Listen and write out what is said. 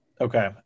Okay